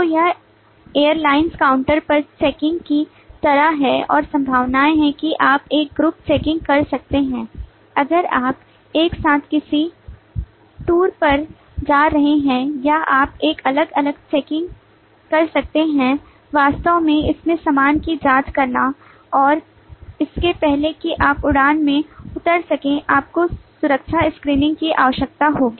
तो यह airlines counter पर चेकिंग की तरह है और संभावनाएं हैं कि आप एक ग्रुप चेकिंग कर सकते हैं अगर आप एक साथ किसी टूर पर जा रहे हैं या आप एक अलग अलग चेकिंग कर सकते हैं वास्तव में इसमें सामान की जाँच करना और इससे पहले कि आप उड़ान में उतर सकें आपको सुरक्षा स्क्रीनिंग की आवश्यकता होगी